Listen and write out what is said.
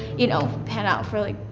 you know, pan out for like,